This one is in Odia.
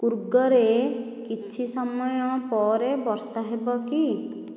କୂର୍ଗରେ କିଛି ସମୟ ପରେ ବର୍ଷା ହେବ କି